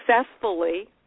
successfully –